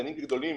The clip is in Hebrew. קטנים כגדולים,